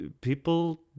People